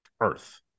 Earth